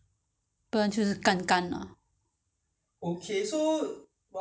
normally I will cook green vegetables but you don't like green vegetables so